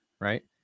right